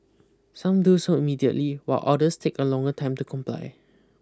some do so immediately while others take a longer time to comply